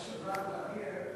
אדוני היושב-ראש,